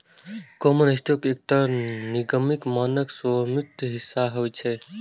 common stock एकटा निगमक मानक स्वामित्व हिस्सा होइ छै